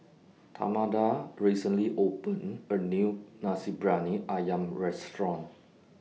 Tamatha recently opened A New Nasi Briyani Ayam Restaurant